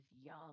young